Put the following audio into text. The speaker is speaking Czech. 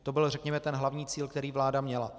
To byl, řekněme, ten hlavní cíl, který vláda měla.